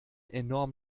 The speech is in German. enorm